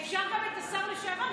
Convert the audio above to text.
אפשר גם את השר לשעבר,